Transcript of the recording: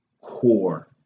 core